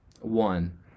One